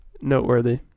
noteworthy